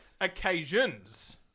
Occasions